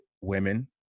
women